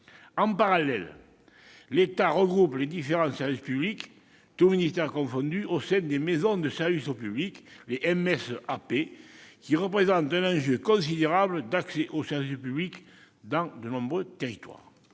En parallèle, l'État regroupe les différents services publics, tous ministères confondus, au sein des maisons de services au public, qui représentent un enjeu considérable d'accès au service public dans de nombreux territoires.